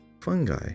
fungi